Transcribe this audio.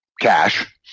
cash